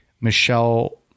Michelle